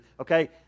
okay